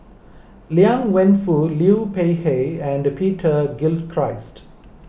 Liang Wenfu Liu Peihe and Peter Gilchrist